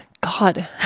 God